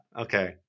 okay